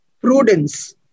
prudence